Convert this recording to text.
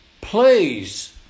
Please